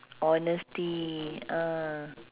honesty ah